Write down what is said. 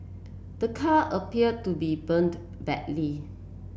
the car appeared to be burnt badly